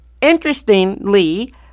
interestingly